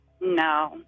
No